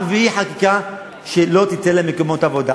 הרביעי, חקיקה שלא תיתן להם מקומות עבודה.